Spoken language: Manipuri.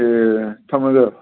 ꯑꯦ ꯊꯝꯃꯒꯦ